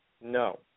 No